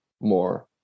more